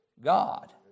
God